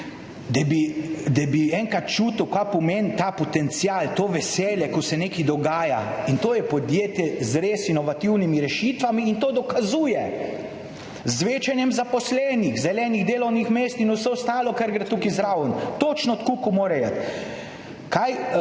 da bi enkrat čutil, kaj pomeni ta potencial, to veselje, ko se nekaj dogaja. To je podjetje z res inovativnimi rešitvami in to dokazuje z večanjem zaposlenih, zelenih delovnih mest in vsega ostalega, kar gre tukaj zraven, točno tako kot mora iti.